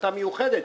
כהחלטה מיוחדת.